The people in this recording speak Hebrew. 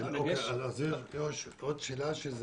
עוד שאלה.